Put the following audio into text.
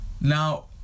Now